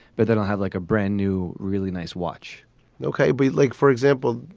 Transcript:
but they don't have like a brand new really nice watch ok. we like, for example,